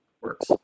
works